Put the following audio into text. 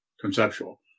conceptual